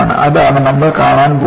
അതാണ് നമ്മൾ കാണാൻ പോകുന്നത്